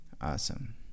awesome